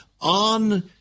on